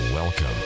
Welcome